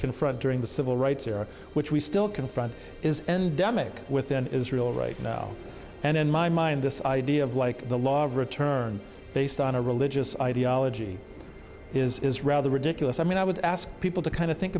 confront during the civil rights era which we still confront is endemic within israel right now and in my mind this idea of like the law of return based on a religious ideology is rather ridiculous i mean i would ask people to kind of think